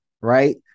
right